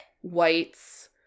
Whites